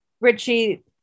Richie